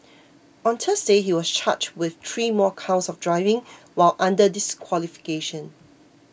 on Thursday he was charged with three more counts of driving while under disqualification